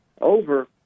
over